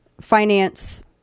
finance